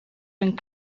een